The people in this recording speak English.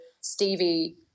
Stevie